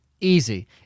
easy